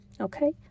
okay